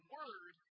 word